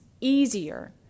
easier